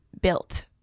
built